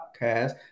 podcast